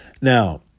Now